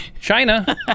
China